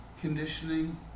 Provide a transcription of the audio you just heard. conditioning